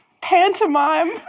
pantomime